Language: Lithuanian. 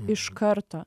iš karto